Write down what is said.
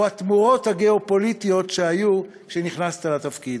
או התמורות הגיאו-פוליטיות שהיו כשנכנסת לתפקיד,